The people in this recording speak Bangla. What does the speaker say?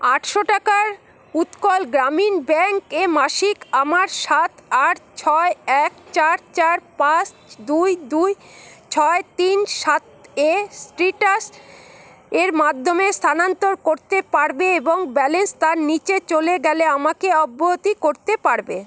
আটশো টাকার উৎকল গ্রামীণ ব্যাঙ্ক এ মাসিক আমার সাত আট ছয় এক চার চার পাঁস দুই দুই ছয় তিন সাতে সিট্রাসের এর মাধ্যমে স্থানান্তর করতে পারবে এবং ব্যালেন্স তার নিচে চলে গেলে আমাকে অব্যহতি করতে পারবে